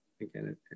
again